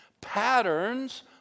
patterns